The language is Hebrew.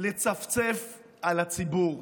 לצפצף על הציבור.